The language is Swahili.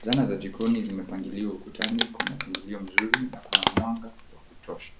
Zana za jikoni zimepangiliwa ukutani kwa mapangilio mzuri na kuna mwanga wa kutosha.